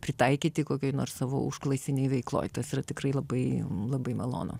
pritaikyti kokioj nors savo užklasinėj veikloj tas yra tikrai labai labai malonu